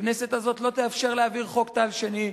הכנסת הזאת לא תאפשר להעביר חוק טל שני.